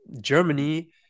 Germany